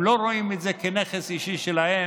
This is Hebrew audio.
הם לא רואים את זה כנכס אישי שלהם,